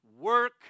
work